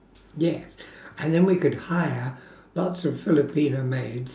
yes and then we could hire lots of filipino maids